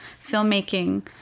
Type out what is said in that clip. filmmaking